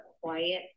quiet